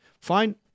Fine